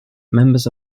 members